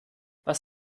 was